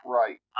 right